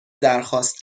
درخواست